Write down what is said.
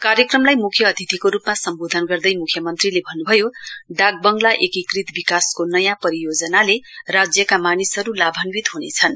कार्यक्रमलाई मुख्य अतिथिको रूपमा सम्वोधन गर्दै मुख्यमन्त्रीले भन्नुभयो डाकबंगला एकीकृत विकासको नयाँ परियोजनाले राज्यका मानिसहरू लाभान्वित हुनेछन्